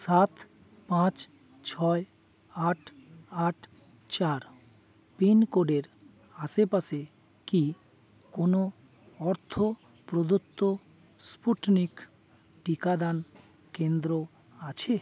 সাত পাঁচ ছয় আট আট চার পিনকোডের আশেপাশে কি কোনও অর্থ প্রদত্ত স্পুটনিক টিকাদান কেন্দ্র আছে